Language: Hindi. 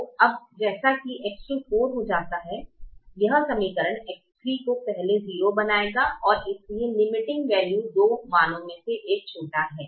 तो अब जैसा कि X2 यह 4 हो जाता है यह समीकरण X3 को पहले 0 बनाएगा और इसलिए लिमीटिंग मूल्य दो मानों में से एक छोटा है